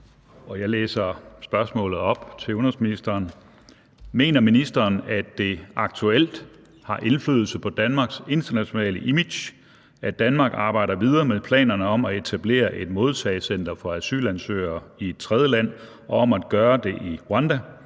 Jeg læser spørgsmålet til udenrigsministeren op: Mener ministeren, at det aktuelt har indflydelse på Danmarks internationale image, at Danmark arbejder videre med planerne om at etablere et modtagecenter for asylansøgere i et tredjeland og om at gøre det i Rwanda,